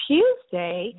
Tuesday